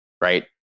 right